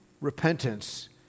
repentance